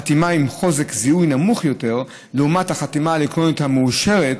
חתימה עם חוזק זיהוי נמוך יותר לעומת החתימה האלקטרונית המאושרת,